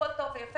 הכול טוב ויפה.